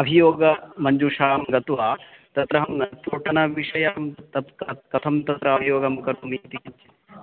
अभियोगमञ्जूषां गत्वा तत्र अहं त्रुटनविषये अहं तत् कत् कथं तत्र अभियोगं कर्तुमिति